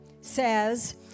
says